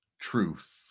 truth